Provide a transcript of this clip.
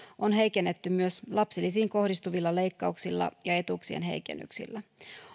on heikennetty myös lapsilisiin kohdistuvilla leikkauksilla ja etuuksien heikennyksillä